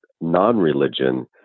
non-religion